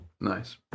Nice